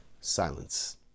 Silence